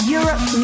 Europe